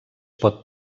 pot